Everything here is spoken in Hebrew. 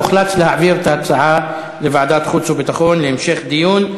הוחלט להעביר את ההצעה לוועדת החוץ והביטחון להמשך דיון.